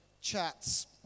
chats